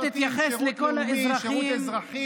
בוא תתייחס לכל האזרחים.